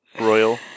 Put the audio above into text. Royal